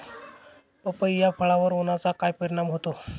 पपई या फळावर उन्हाचा काय परिणाम होतो?